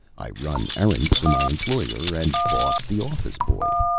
i run errands for my employer, and boss the office-boy.